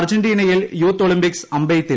അർജന്റീനയിൽ youth Olympics അമ്പെയ്ത്തിൽ